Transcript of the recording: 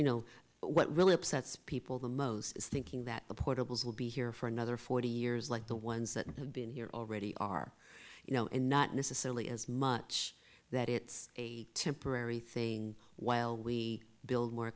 you know what really upsets people the most is thinking that the portables will be here for another forty years like the ones that have been here already are you know and not necessarily as much that it's a temporary thing while we build more